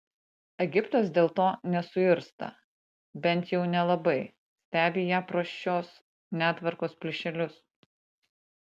egiptas dėl to nesuirzta bent jau nelabai stebi ją pro šios netvarkos plyšelius